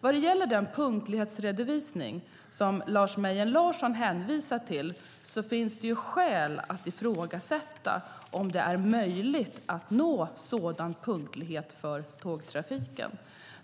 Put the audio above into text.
Vad gäller den punktlighetsredovisning som Lars Mejern Larsson hänvisar till finns det skäl att ifrågasätta om det är möjligt att nå sådan punktlighet för tågtrafiken.